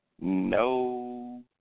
No